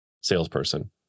salesperson